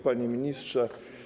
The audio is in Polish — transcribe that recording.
Panie Ministrze!